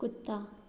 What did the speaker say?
कुत्ता